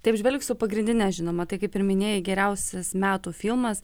tai apžvelgsiu pagrindines žinoma tai kaip ir minėjai geriausias metų filmas